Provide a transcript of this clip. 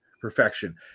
perfection